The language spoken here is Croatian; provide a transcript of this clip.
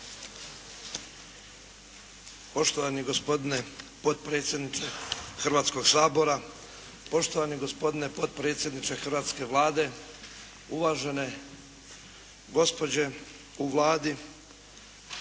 Poštovani gospodine potpredsjedniče Hrvatskog sabora, poštovani gospodine potpredsjedniče hrvatske Vlade, gospođe također